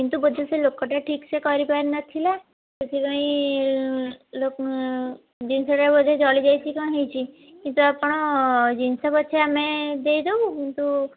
କିନ୍ତୁ ବୋଧେ ସେ ଲୋକଟା ଠିକ୍ସେ କରି ପାରିନଥିଲା ସେଥିପାଇଁ ଜିନିଷଟା ବୋଧେ ଜଳି ଯାଇଛିକି କଣ ହେଇଛି କିନ୍ତୁ ଆପଣ ଜିନିଷ ପଛେ ଆମେ ଦେଇଦବୁ କିନ୍ତୁ